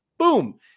Boom